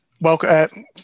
Welcome